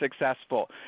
successful